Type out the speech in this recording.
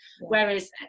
whereas